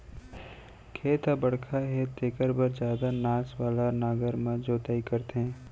खेत ह बड़का हे तेखर बर जादा नास वाला नांगर म जोतई करथे